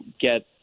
get